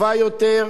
טובה יותר.